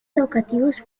educativos